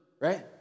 right